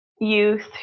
youth